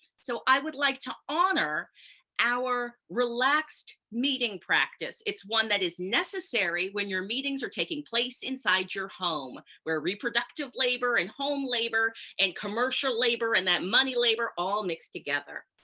so i would like to honor our relaxed meeting practice. it's one that is necessary when your meetings are taking place inside your home, where reproductive labor and home labor and commercial labor and that money labor, all mixed together.